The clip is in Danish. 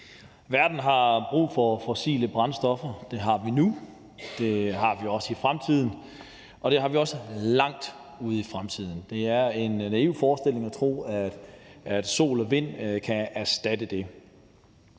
Verden har brug for fossile brændstoffer. Det har vi nu, det har vi i fremtiden, og det har vi også langt ude i fremtiden. Det er en naiv forestilling at tro, at sol og vind kan erstatte det.